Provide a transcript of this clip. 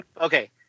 Okay